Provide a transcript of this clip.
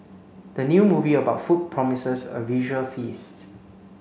the new movie about food promises a visual feast